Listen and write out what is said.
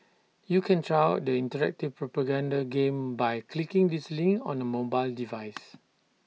you can try out the interactive propaganda game by clicking this link on A mobile device